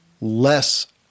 less